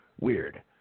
weird